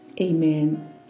Amen